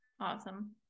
Awesome